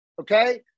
okay